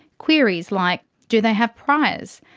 queries like do they have priors.